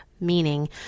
meaning